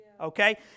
okay